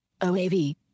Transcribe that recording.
OAV